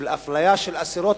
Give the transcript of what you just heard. אפליה של אסירות,